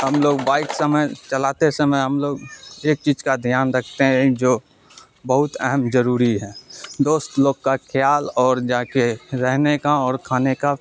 ہم لوگ بائک سمے چلاتے سمے ہم لوگ ایک چیز کا دھیان رکھتے ہیں اینڈ جو بہت اہم ضروری ہے دوست لوگ کا خیال اور جا کے رہنے کا اور کھانے کا